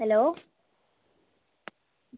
hello